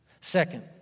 Second